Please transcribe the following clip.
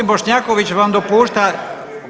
G. Bošnjaković vam dopušta.